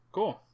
Cool